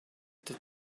that